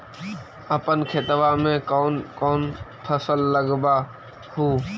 अपन खेतबा मे कौन कौन फसल लगबा हू?